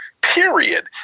Period